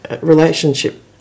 relationship